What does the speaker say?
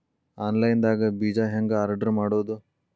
Online ದಾಗ ಬೇಜಾ ಹೆಂಗ್ ಆರ್ಡರ್ ಮಾಡೋದು?